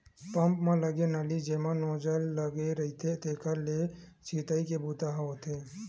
pump म लगे नली जेमा नोजल लगे रहिथे तेखरे ले छितई के बूता ह होथे